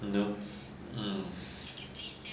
you know hmm